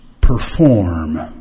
perform